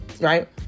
right